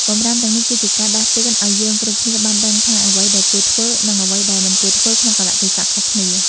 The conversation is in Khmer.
បម្រាមទាំងនេះ គឺ ជាការដាស់តឿនឱ្យយើងគ្រប់គ្នាបានដឹងថាអ្វីដែលគួរធ្វើ និងអ្វីដែលមិនគួរធ្វើក្នុងកាលៈទេសៈខុសគ្នា។